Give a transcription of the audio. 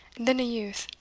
then a youth.